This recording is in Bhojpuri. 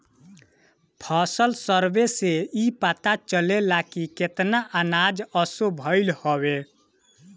फसल सर्वे से इ पता चलेला की केतना अनाज असो भईल हवे